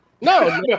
No